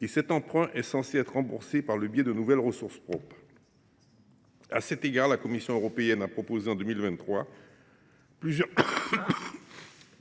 et cet emprunt est censé être remboursé par le biais de nouvelles ressources propres. À cet égard, la Commission européenne a proposé en 2023 plusieurs